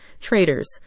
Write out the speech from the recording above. traders